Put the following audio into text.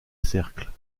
cercles